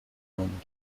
home